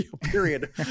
period